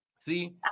See